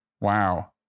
wow